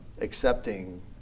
accepting